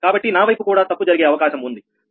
కాబట్టి నా వైపు కూడా తప్పు జరిగే అవకాశం ఉంది